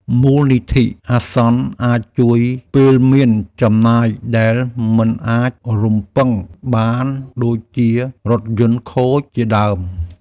មូលនិធិអាសន្នអាចជួយពេលមានចំណាយដែលមិនអាចរំពឹងបានដូចជារថយន្តខូចជាដើម។